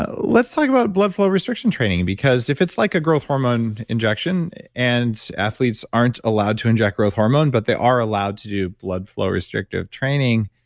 ah let's talk about blood flow restriction training because if it's like a growth hormone injection and athletes aren't allowed to inject growth hormone, but they are allowed to do blood flow restrictive training,